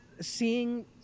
seeing